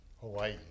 Hawaii